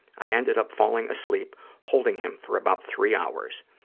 i ended up falling asleep holding him for about three hours.